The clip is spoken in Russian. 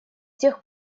тех